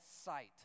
sight